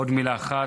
עוד מילה אחת.